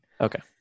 Okay